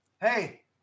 Hey